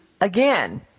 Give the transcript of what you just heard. again